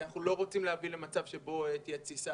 כי אנחנו לא רוצים להביא למצב שבו תהיה תסיסה